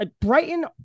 Brighton